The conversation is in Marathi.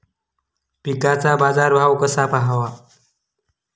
पिकांचा बाजार भाव कसा पहावा?